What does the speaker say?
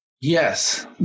Yes